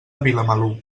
vilamalur